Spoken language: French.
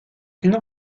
une